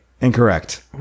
Incorrect